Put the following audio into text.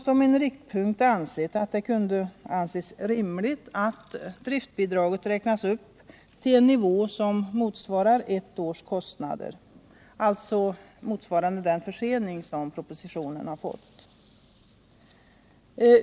Som riktpunkt har vi ansett det rimligt att driftbidraget räknas upp till en nivå som motsvarar ett års kostnader för den skyddade verksamheten, dvs. de kostnader som kommunerna åsamkas genom propositionens försening.